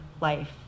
life